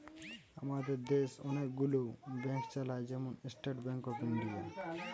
আমাদের দেশ অনেক গুলো ব্যাংক চালায়, যেমন স্টেট ব্যাংক অফ ইন্ডিয়া